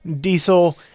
diesel